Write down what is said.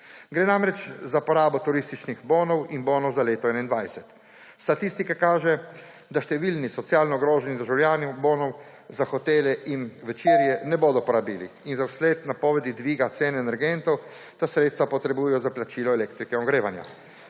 Gre namreč za porabo turističnih bonov in bonov za leto 2021. Statistika kaže, da številni socialno ogroženi državljani bonov za hotele in večerje ne bodo porabili in vsled napovedi dviga cene energentov ta sredstva potrebujejo za plačilo elektrike in ogrevanja.